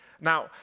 Now